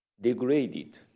degraded